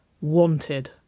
wanted